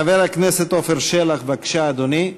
חבר הכנסת עפר שלח, בבקשה, אדוני.